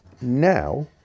Now